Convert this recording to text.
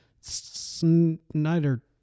Snyder